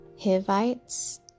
Hivites